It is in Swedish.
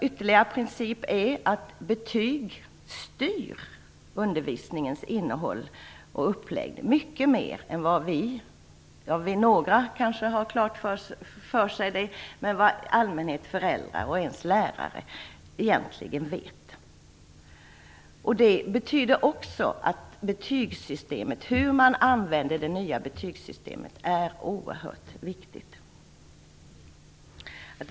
Ytterligare en princip är att betyg styr undervisningens innehåll och uppläggning i mycket stor omfattning. Även om några kanske har det klart för sig, tror jag inte att föräldrar i allmänhet eller ens lärare egentligen känner till detta. Det betyder också att det nya betygssystemet och hur man använder det är oerhört viktigt.